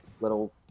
little